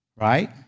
right